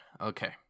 okay